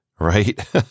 right